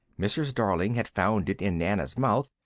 mrs. darling had found it in nana's mouth,